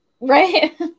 Right